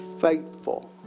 faithful